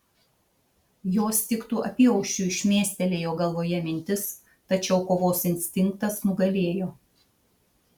jos tiktų apyaušriui šmėstelėjo galvoje mintis tačiau kovos instinktas nugalėjo